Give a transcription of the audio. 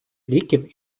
ліків